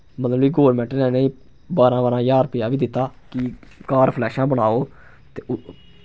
मतलब कि गोरमैंट ने इ'नेंगी बारां बारां ज्हार रपेआ बी दित्ता कि घर फ्लैशां बनाओ ते